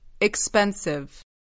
Expensive